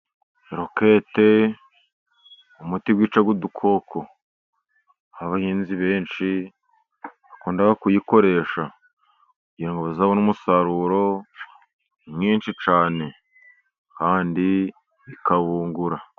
Rokete umuti wica udukoko. Abahinzi benshi bakunda kuyikoresha. Kugira ngo bazabone umusaruro mwinshi cyane. Kandi ikabungura.